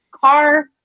car